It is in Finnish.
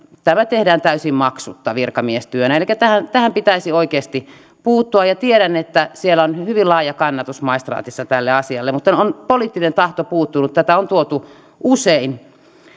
tämä tehdään täysin maksutta virkamiestyönä elikkä tähän tähän pitäisi oikeasti puuttua tiedän että siellä maistraatissa on hyvin laaja kannatus tälle asialle mutta poliittinen tahto on puuttunut tätä on tuotu usein